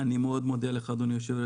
אני מאוד מודה לך אדוני היושב ראש.